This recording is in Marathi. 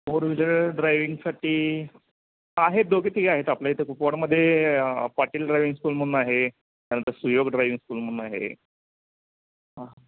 फोर व्हिलर ड्रायविंगसाठी आहेत दोघे तिघे आहेत आपल्या इथं कुपवाडमध्ये पाटील ड्रायविंग स्कूल म्हणून आहे त्यानंतर सुयोग ड्रायविंग स्कूल म्हणून आहे